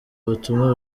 ubutumwa